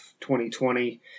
2020